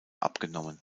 abgenommen